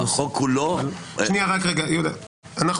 אנחנו